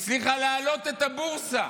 הצליחה להעלות את הבורסה,